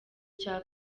cya